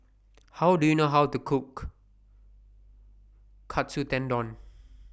How Do YOU know How to Cook Katsu Tendon